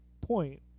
point